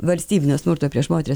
valstybinė smurto prieš moteris